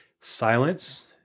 silence